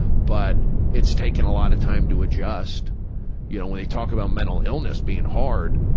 but it's taken a lot of time to adjust. you know when you talk about mental illness being hard,